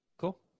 Cool